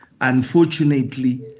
unfortunately